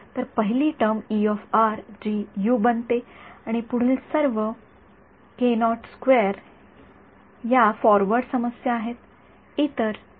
तर पहिली टर्म जी यू बनते ती पुढील सर्व या फॉरवर्ड समस्या आहेत